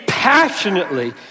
passionately